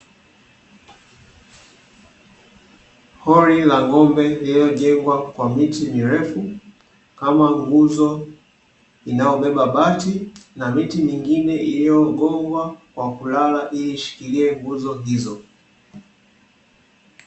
Holi la ng'ombe lililojengwa kwa miti mirefu kama nguzo, inayobeba bati na miti mingine iliyogongwa kwa kulala ili ishikilie nguzo hizo.